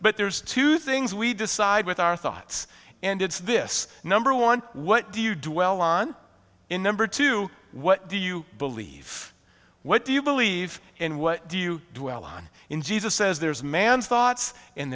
but there's two things we decide with our thoughts and it's this number one what do you do well on in number two what do you believe what do you believe and what do you do well on in jesus says there's man's thoughts and